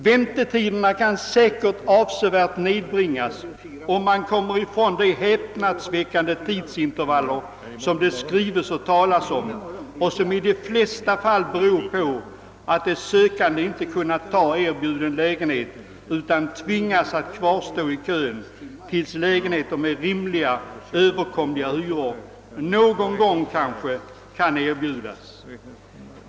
Väntetiderna kan förvisso avsevärt nedbringas och man slipper ifrån de häpnadsväckande tidsintervaller som det skrives och talas om och som i de flesta fall beror på att de sökande inte kan ta anvisad bostad utan tvingas kvarstå i kön tills lägenheter med överkom liga hyror någon gång kanske kan erbjudas.